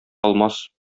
алмас